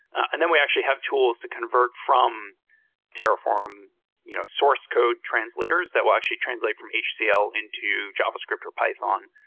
and then we actually have tools to convert from terraform you know source code translators that will actually translate from hcl into javascript or python.